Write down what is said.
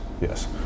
yes